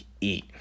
eat